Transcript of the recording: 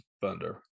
thunder